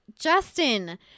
Justin